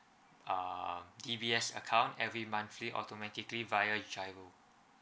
uh dbs account every monthly automatically via giro